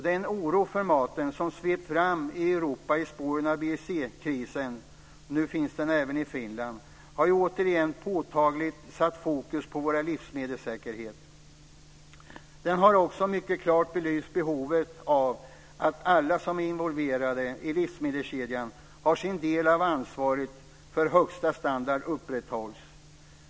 Den oro för maten som svept fram över Europa i spåren av BSE-krisen - nu finns den även i Finland - har återigen påtagligt satt fokus på vår livsmedelssäkerhet. Det har också mycket klart belyst behovet av att alla som är involverade i livsmedelskedjan har sin del av ansvaret för att högsta standard upprätthålls.